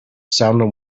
sounded